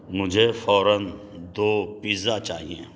مجھے فوراََ دو پیزا چاہئیں